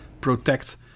protect